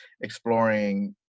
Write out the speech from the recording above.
exploring